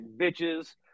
bitches